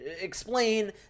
explain